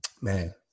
man